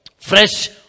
fresh